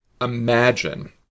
imagine